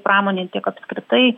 pramonei tiek apskritai